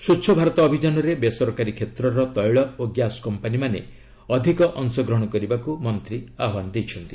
ସ୍ୱଚ୍ଛ ଭାରତ ଅଭିଯାନରେ ବେସରକାରୀ କ୍ଷେତ୍ରର ତୈଳ ଓ ଗ୍ୟାସ୍ କମ୍ପାନୀମାନେ ଅଧିକ ଅଂଶଗ୍ରହଣ କରିବାକୁ ମନ୍ତ୍ରୀ ଆହ୍ପାନ ଦେଇଛନ୍ତି